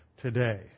today